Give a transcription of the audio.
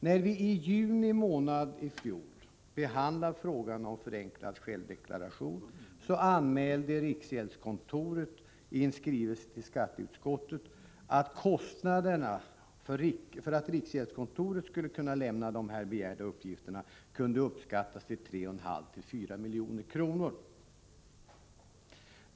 När vi i juni månad i fjol behandlade frågan om förenklad självdeklaration anmälde riksgäldskontoret i en skrivelse till skatteutskottet att kostnaderna för att riksgäldskontoret skulle kunna lämna de begärda uppgifterna kunde uppskattas till 3,54 milj.kr.